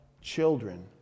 children